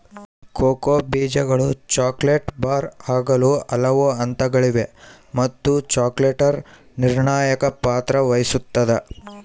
cocoa ಬೀಜಗಳು chocolate bar ಆಗಲು ಹಲವು ಹಂತಗಳಿವೆ ಮತ್ತು ಚಾಕೊಲೇಟರ್ ನಿರ್ಣಾಯಕ ಪಾತ್ರ ವಹಿಸುತ್ತದ